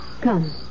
Come